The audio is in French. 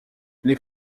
les